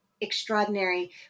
extraordinary